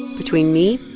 between me